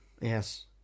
Yes